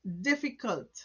difficult